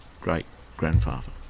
great-grandfather